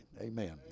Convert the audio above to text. Amen